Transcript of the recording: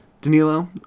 Danilo